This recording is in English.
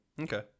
Okay